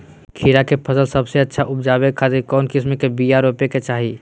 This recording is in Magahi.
खीरा के फसल सबसे अच्छा उबजावे खातिर कौन किस्म के बीज रोपे के चाही?